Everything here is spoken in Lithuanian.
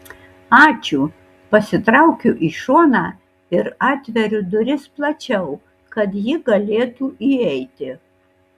ačiū pasitraukiu į šoną ir atveriu duris plačiau kad ji galėtų įeiti